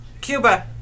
Cuba